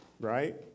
right